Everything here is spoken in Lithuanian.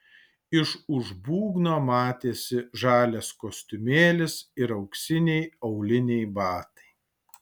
iš už būgno matėsi žalias kostiumėlis ir auksiniai auliniai batai